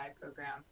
program